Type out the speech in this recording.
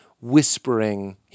whispering